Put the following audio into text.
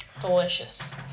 Delicious